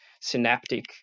synaptic